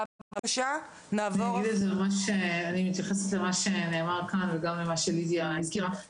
אני אתייחס למה שנאמר כאן וגם למה שלידיה הזכירה.